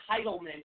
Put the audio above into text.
entitlement